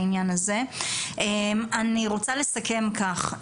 אני רוצה לסכם כך,